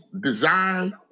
design